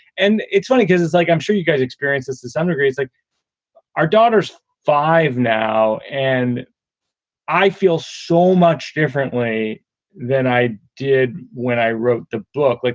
and it's funny cause it's like i'm sure you guys experiences to some degree. it's like our daughter's five now. and i feel so much differently than i did when i wrote the book. like